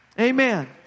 Amen